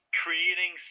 creating